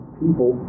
people